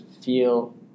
feel